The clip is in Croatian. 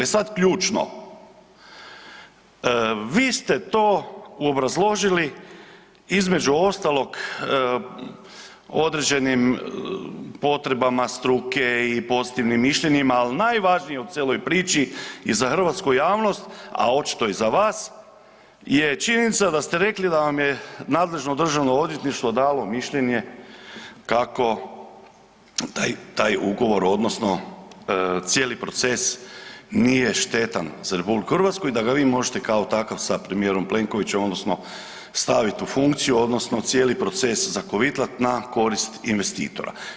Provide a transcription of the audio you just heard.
Sad ključno, vi ste to obrazložili između ostalog određenim potrebama struke i pozitivnim mišljenjima, al najvažnije u cijeloj priči i za hrvatsku javnost, a očito i za vas je činjenica da ste rekli da vam je nadležno državno odvjetništvo dalo mišljenje kako taj ugovora odnosno cijeli proces nije štetan za RH i da ga vi možete kao takvog sa premijerom Plenkovićem odnosno staviti u funkciju odnosno cijeli proces zakovitlat na korist investitora.